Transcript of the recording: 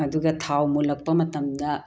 ꯑꯗꯨꯒ ꯊꯥꯎ ꯃꯨꯜꯂꯛꯄ ꯃꯇꯝꯗ